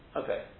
okay